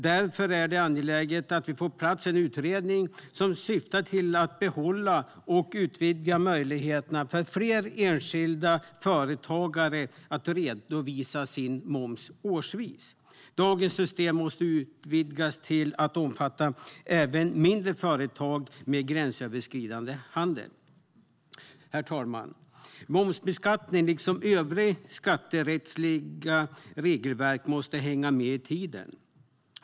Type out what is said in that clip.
Därför är det angeläget att vi får på plats en utredning som syftar till att behålla och utvidga möjligheterna för fler enskilda företagare att redovisa sin moms årsvis. Dagens system måste utvidgas till att omfatta även mindre företag med gränsöverskridande handel. Herr talman! Momsbeskattning liksom övriga skatterättsliga regelverk måste hänga med i tiden.